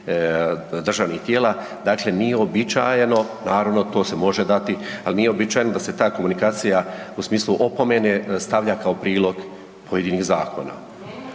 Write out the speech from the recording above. državnih tijela, dakle nije uobičajeno naravno to se može dati, ali ni uobičajeno da se ta komunikacija u smislu opomene stavlja kao prilog pojedinih zakona.